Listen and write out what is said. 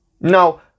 Now